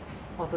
err